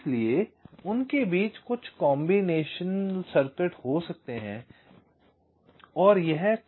इसलिए उनके बीच कुछ कॉम्बिनेशन सर्किट हो सकते हैं यह कुछ कॉम्बिनेशन सर्किट हैं